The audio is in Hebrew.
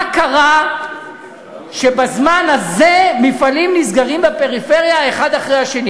מה קרה שבזמן הזה מפעלים נסגרים בפריפריה אחד אחרי השני?